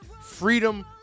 Freedom